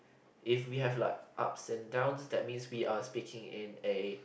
if we have like ups and downs that means we are speaking in a